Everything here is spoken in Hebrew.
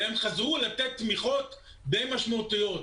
והם חזרו לתת תמיכות די משמעותיות.